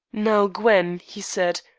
now, gwen, he said,